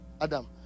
Adam